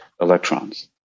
electrons